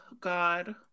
God